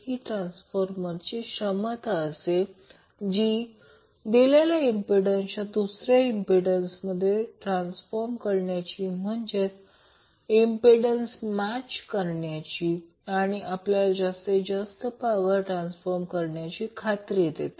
ही ट्रान्सफॉर्मरची क्षमता असेल जी दिलेल्या इंम्प्पिडन्सला दुसऱ्या इंम्प्पिडन्समध्ये ट्रान्सफॉर्म करण्याची म्हणजेच इंम्प्पिडन्स मॅच करण्याची आणि आपल्याला जास्तीत जास्त पॉवर ट्रान्सफर करण्याची खात्री देते